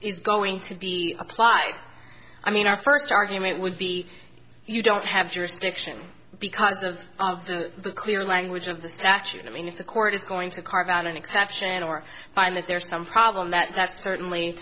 is going to be applied i mean our first argument would be you don't have jurisdiction because of the clear language of the statute i mean if the court is going to carve out an exception or find that there is some problem that that's certainly